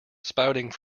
spouting